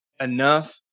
enough